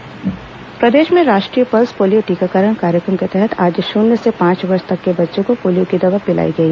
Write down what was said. pulse polio टीकाकरण प्रदेश में राष्ट्रीय पल्स पोलियो टीकाकरण कार्यक्रम के तहत आज शून्य से पांच वर्ष तक के बच्चों को पोलियो की दवा पिलाई गई